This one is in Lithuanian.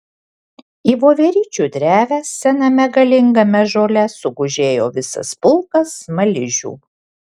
į voveryčių drevę sename galingame ąžuole sugužėjo visas pulkas smaližių